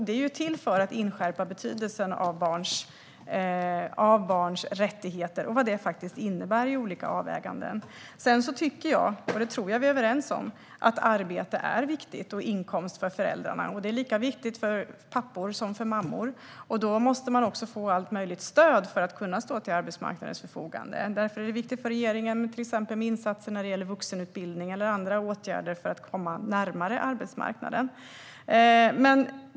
Det är för att inskärpa betydelsen av barns rättigheter och vad det faktiskt innebär i olika avväganden. Sedan tycker jag, och det tror jag att vi är överens om, att arbete och inkomst för föräldrarna är viktigt. Det är lika viktigt för pappor som för mammor. Då måste man också få allt möjligt stöd för att kunna stå till arbetsmarknadens förfogande. Därför är det viktigt för regeringen med insatser till exempel när det gäller vuxenutbildning eller andra åtgärder för att komma närmare arbetsmarknaden.